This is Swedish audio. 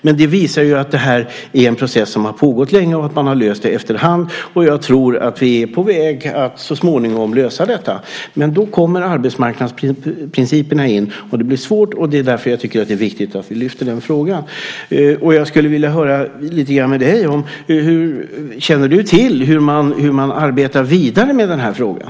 Men det här visar ju att det är en process som har pågått länge och att man har löst det efterhand. Jag tror att vi är på väg att så småningom lösa detta. Men då kommer arbetsmarknadsprinciperna in, och det blir svårt. Det är därför som jag tycker att det är viktigt att vi lyfter fram den frågan. Jag skulle vilja höra lite grann med dig: Känner du till hur man arbetar vidare med den här frågan?